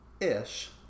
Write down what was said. ish